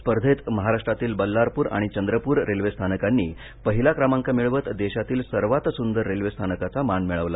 स्पर्धेत महाराष्ट्रातील बल्लारपूर आणि चंद्रपूर रेल्वे स्थानकांनी पहिला क्रमांक मिळवत देशातील सर्वात सुंदर रेल्वे स्थानकाचा मान मिळविला